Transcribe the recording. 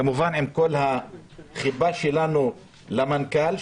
כמובן עם כל החיבה שלנו למנכ"ל,